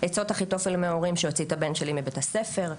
עצות אחיתופל מהורים שאוציא את הבן שלי מבית הספר,